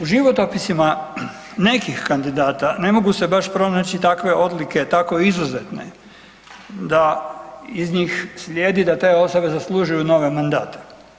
E sad, u životopisima nekih kandidata ne mogu se baš pronaći takve odlike tako izuzetne da iz njih slijedi da te osobe zaslužuju nove mandate.